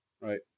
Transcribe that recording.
right